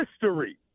history